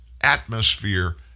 atmosphere